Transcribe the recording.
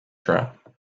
trap